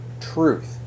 truth